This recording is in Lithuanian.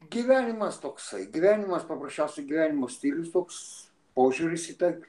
gyvenimas toksai gyvenimas paprasčiausiai gyvenimo stilius toks požiūris į tą